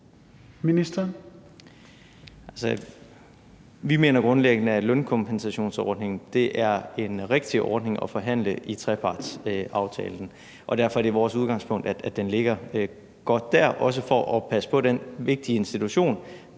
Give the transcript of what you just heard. at lønkompensationsordningen er en rigtig ordning at forhandle i trepartsinstitutionen. Og derfor er det vores udgangspunkt, at den ligger godt dér – også for at passe på den vigtige institution,